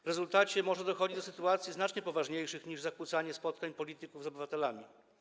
W rezultacie może dochodzić do sytuacji znacznie poważniejszych niż zakłócanie spotkań polityków z obywatelami.